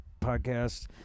podcast